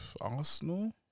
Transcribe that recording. Arsenal